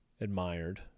admired